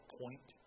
point